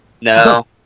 No